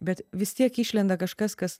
bet vis tiek išlenda kažkas kas